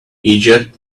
egypt